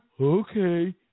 Okay